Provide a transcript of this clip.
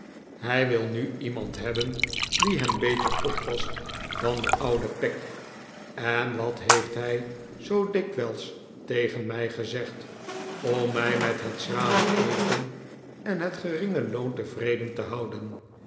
hij wil nu iemand hebben die hem beter oppast dan de oude peg en wat heeft hij zoo dikwijls tegen mij gezegd om mij met het schrale eten en het geringe loon tevreden te houden